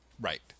Right